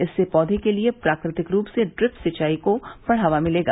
इससे पौधे के लिए प्राकृतिक रूप से ड्रिप सिंचाई को बढावा मिलेगा